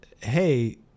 hey